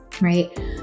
Right